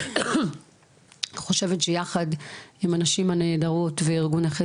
אני חושבת שיחד עם הנשים הנהדרות וארגון נכי